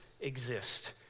exist